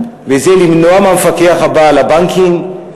וזה למנוע מהמפקח הבא על הבנקים,